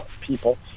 people